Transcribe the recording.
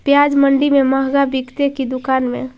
प्याज मंडि में मँहगा बिकते कि दुकान में?